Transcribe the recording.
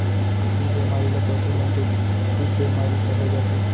छुतही बेमारी ल पसु मन के छूत बेमारी कहे जाथे